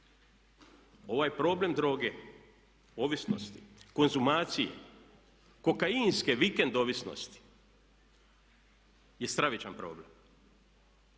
ovaj problem droge, ovisnosti, konzumacije, kokainske vikend ovisnosti je stravičan problem.